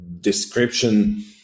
description